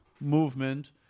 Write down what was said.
movement